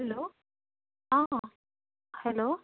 hello অঁ hello